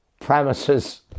Premises